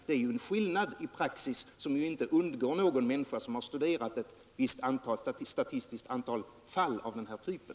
Det är ju en skillnad i praxis som inte undgår någon människa som har studerat ett visst antal statistiskt redovisade fall av den här typen.